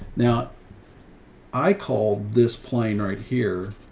now i called this plane right here,